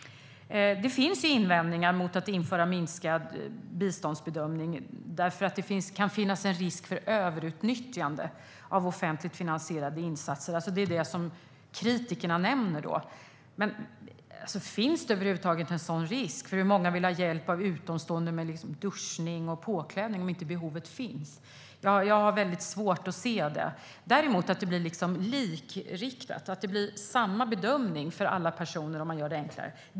Det finns invändningar mot att införa förenklad biståndsbedömning eftersom det kan finnas en risk för överutnyttjande av offentligt finansierade insatser. Det är vad kritikerna nämner. Finns över huvud taget en sådan risk? Hur många vill ha hjälp av utomstående med duschning och påklädning om inte behovet finns? Jag har svårt att se en sådan risk. Däremot ska bedömningen vara likriktad. Alla personer kan med en förenkling få samma bedömning.